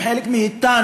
הם חלק מאתנו,